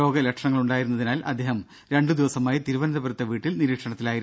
രോഗ ലക്ഷണങ്ങളുണ്ടായിരുന്നതിനാൽ അദ്ദേഹം രണ്ടു ദിവസമായി തിരുവനന്തപുരത്തെ വീട്ടിൽ നിരീക്ഷണത്തി ലായിരുന്നു